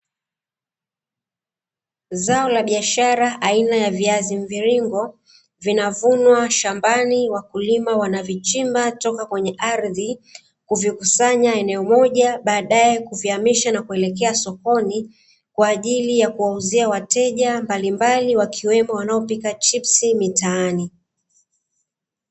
Zao la biashara aina ya viazi mviringo vinavunwa shambani, wakulima wanavichimba toka kwenye ardhi kuvikusanya eneo moja baadae kuvihamisha na kuelekea sokoni kwa ajili ya kuuzia wateja mbalimbali wakiwemo wanaopika chipsi mitaani.